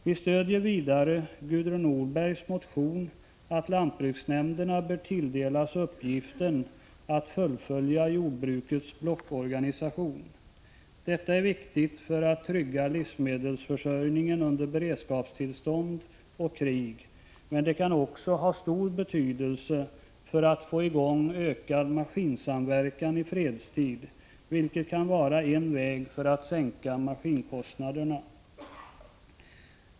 Vidare stöder vi Gudrun Norbergs motion där det krävs att lantbruksnämnderna bör tilldelas uppgiften att fullfölja arbetet med jordbrukets blockorganisation. Detta är viktigt för att trygga livsmedelsförsörjningen under beredskapstillstånd och krig, men det kan också ha stor betydelse för att få i gång ökad maskinsamverkan i fredstid, vilket kan vara en väg för att sänka maskinkostnaderna.